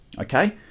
Okay